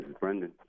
Brendan